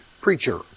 preacher